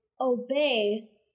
obey